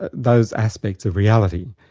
those aspects of reality.